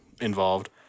involved